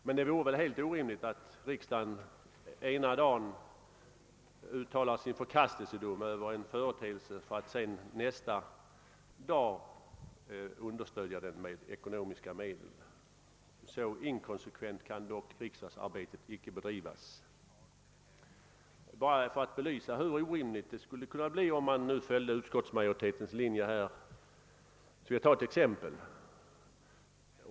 Det vore emellertid helt orimligt att riksdagen ena dagen uttalar sin förkastelsedom över en företeelse för att sedan nästa dag understödja den med ekonomiska medel. Så inkonsekvent kan dock riksdagsarbetet icke bedrivas. För att belysa hur orimligt det skulle kunna bli om man här följer utskottsmajoritetens linje vill jag ta ett enda exempel.